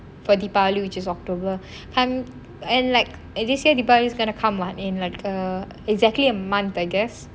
for deepavali which is october um and like this yar deepavali is like gonna come what in like err exactly a month I guess